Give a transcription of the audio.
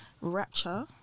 rapture